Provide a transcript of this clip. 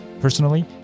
Personally